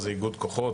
זה איגוד כוחות,